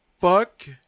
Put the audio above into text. fuck